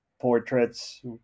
portraits